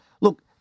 look